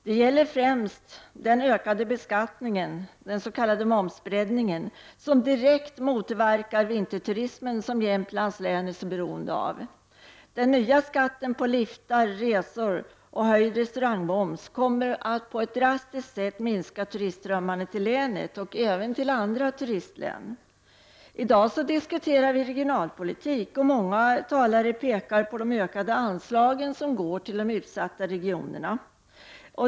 Det gäller främst den ökade beskattningen, den s.k. momsbreddningen, som direkt motverkar den vinterturism som Jämtlands län är så beroende av. Den nya skatten på liftar och resor samt den höjda restaurangmomsen kommer att på ett drastiskt sätt minska turistströmmarna till länet och även till andra turistlän. I dag diskuterar vi regionalpolitik, och många talare pekar på de ökade anslagen som går till de utsatta regionerna.